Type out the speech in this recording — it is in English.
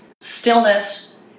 stillness